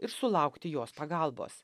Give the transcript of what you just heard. ir sulaukti jos pagalbos